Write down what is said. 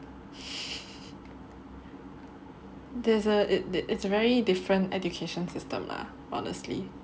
there's a it err it's a very different education system lah honestly